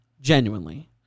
Genuinely